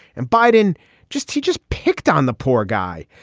and biden just teaches picked on the poor guy.